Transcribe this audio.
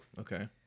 okay